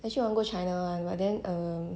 actually I wanna go china [one] but then err mm